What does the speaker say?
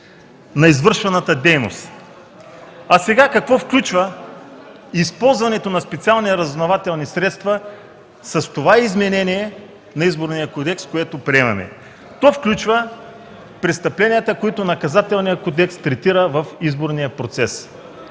на извършваната дейност”. А сега какво включва използването на специални разузнавателни средства с това изменение на Изборния кодекс, което приемаме. То включва престъпленията, които Наказателният кодекс третира в изборния процес.